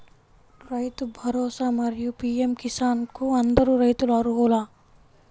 రైతు భరోసా, మరియు పీ.ఎం కిసాన్ కు అందరు రైతులు అర్హులా?